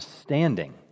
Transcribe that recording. standing